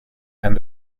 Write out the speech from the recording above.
and